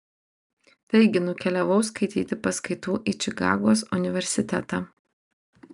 taigi nukeliavau skaityti paskaitų į čikagos universitetą